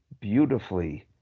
beautifully